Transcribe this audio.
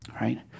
right